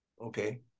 Okay